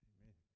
Amen